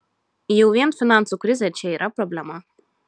jau vien finansų krizė čia yra problema